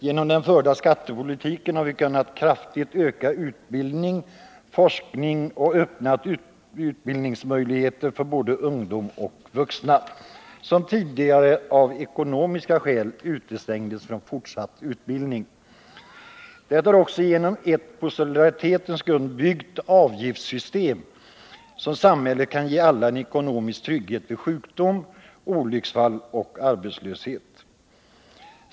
Genom den förda skattepolitiken har vi kunnat kraftigt öka utbildning och forskning samt öppna utbildningsmöjligheter för både ungdomar och vuxna som tidigare av ekonomiska skäl utestängdes från fortsatt utbildning. Det är också genom ett på solidaritetens grund byggt avgiftssystem som samhället kan ge alla en ekonomisk trygghet vid sjukdom, olycksfall och arbetslöshet.